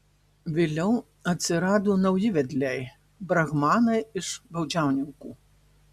vėliau atsirado nauji vedliai brahmanai iš baudžiauninkų